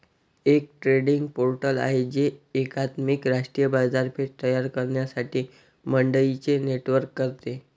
एक trading portal आहे जे एकात्मिक राष्ट्रीय बाजारपेठ तयार करण्यासाठी मंडईंचे नेटवर्क करते